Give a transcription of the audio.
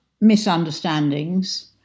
misunderstandings